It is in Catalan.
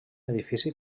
edifici